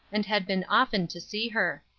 and had been often to see her.